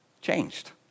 changed